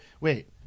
Wait